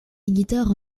guitare